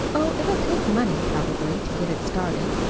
oh, it'll take money, probably, to get it started,